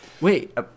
Wait